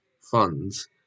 funds